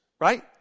right